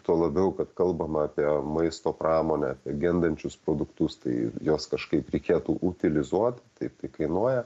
tuo labiau kad kalbama apie maisto pramonę gendančius produktus tai juos kažkaip reikėtų utilizuot taip tai kainuoja